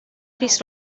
rhys